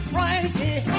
Frankie